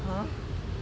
!huh!